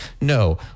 No